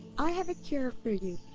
i have a cure for you.